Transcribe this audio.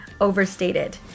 overstated